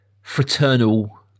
fraternal